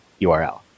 URL